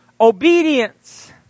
Obedience